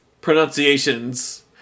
pronunciations